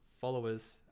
followers